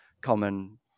common